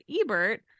Ebert